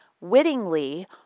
wittingly